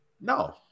no